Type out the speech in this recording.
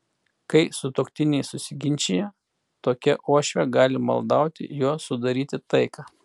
kai sutuoktiniai susiginčija tokia uošvė gali maldauti juos sudaryti taiką